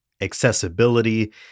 accessibility